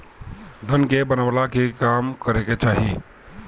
धन के बनवला के काम करे के चाही